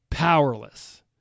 powerless